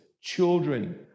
children